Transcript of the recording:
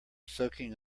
soaking